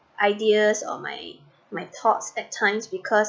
ideas or my my thoughts at times because